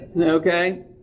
okay